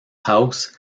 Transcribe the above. house